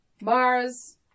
Mars